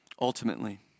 ultimately